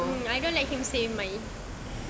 I don't let him stay with my